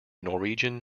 norwegian